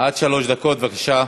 עד שלוש דקות, בבקשה.